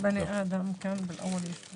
לפני הסיכום אומר,